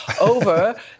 over